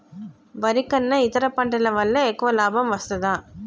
వరి కన్నా ఇతర పంటల వల్ల ఎక్కువ లాభం వస్తదా?